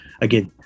again